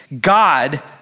God